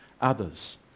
others